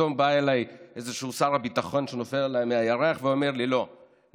פתאום בא אליי שר ביטחון שנופל עליי מהירח ואומר לי: לא,